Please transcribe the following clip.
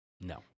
No